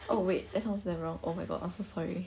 oh wait that sounds so wrong oh my god I'm so sorry